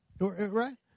right